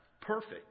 perfect